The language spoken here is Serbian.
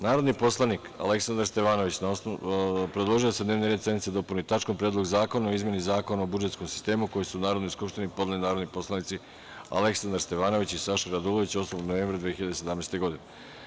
Narodni poslanik Aleksandar Stevanović, predložio je da se dnevni red sednice dopuni tačkom - Predlog zakona o izmeni Zakona o budžetskom sistemu, koji su Narodnoj skupštini podneli narodni poslanici Aleksandar Stevanović i Saša Radulović 8. novembra 2017. godine.